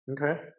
okay